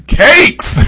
cakes